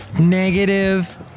negative